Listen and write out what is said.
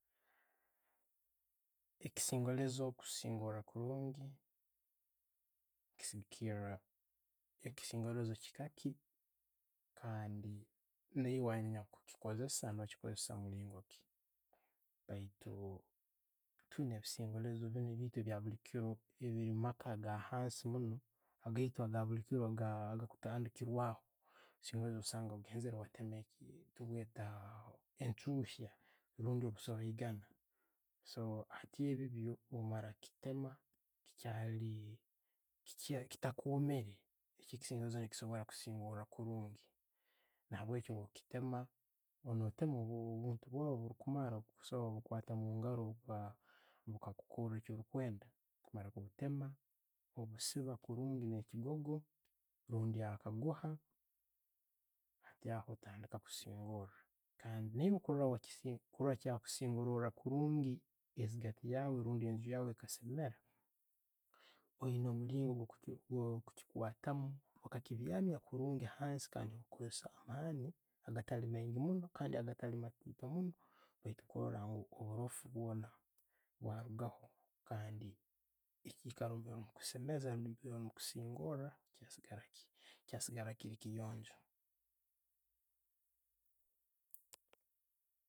Ekisongorezo kusingora kurungi kisigikkira e'kisongoreezo kiika ki, kandi naaiwe anyakichikosesa no'chikoseesa mulingo ki. Baitu, tuyina ebisongolezo ebaitu ebyo'buli kiro ebiiri omumaaka gaitu agahansi muuno, agaitu agabulikiiro agakutandikirwaho. No' we sanga wegenda wateema, tubweeta, enchuuya rundi obusoiregana. Hati ebyo byo, omara kitema, chitakomere, ekisongolezo ne'kisobora kusingora kurungi. Nabweki, obulichitema, no'teema obuntu bwaawe obulikumara, okusobora kubukwata omungaro bukakora kyolikwenda. Kumara kubuteema, obusiiba kurungi ne'bigoogo, rundi akaguha, Hati, aho ottandiika kusingoora. Kandi, Naiwe, kurora kyakusingorera kurungi eziigati yaawe obundi enju yaawe ekaseemera, oyina omulingo gwo kichikwatamu okakibyamu kurungi hansi kandi no'kosesa na'amaani agatali maingi muuno kandi na'gataali matiito munno kurora ngu oburoofu bwoona bwarugaho, ekikaru nambire olimukusemeza orbundi omukusingora kyasiigara kili kiyonjo.